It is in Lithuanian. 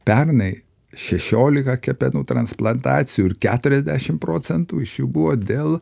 pernai šešiolika kepenų transplantacijų ir keturiasdešimt procentų iš jų buvo dėl